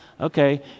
Okay